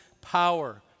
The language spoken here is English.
power